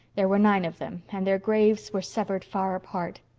there were nine of them and their graves were severed far apart,